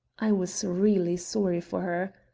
i was really sorry for her.